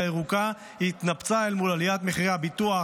ירוקה התנפצה אל מול עליית מחירי הביטוח,